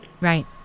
Right